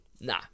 Nah